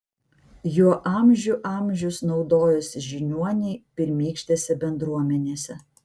juo amžių amžius naudojosi žiniuoniai pirmykštėse bendruomenėse